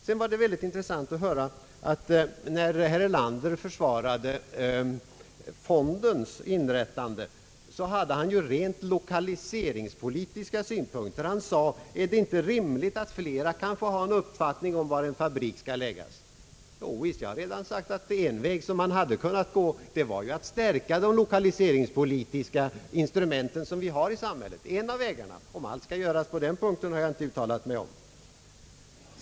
Det var intressant att höra att när herr Erlander försvarade den nya fondens inrättande så anlade han rent lokaliseringspolitiska synpunkter. Är det inte rimligt att flera kan få ha en uppfattning om var en fabrik skall läggas, sade han. Jag har redan sagt att en väg som man hade kunnat gå var att stärka de = lokaliseringspolitiska instrument som finns i samhället. Om allt borde göras på det sättet har jag inte uttalat mig om, men det är en av vägarna.